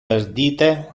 perdite